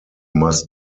must